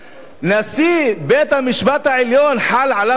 נשיא בית-המשפט העליון חל עליו החוק,